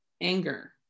anger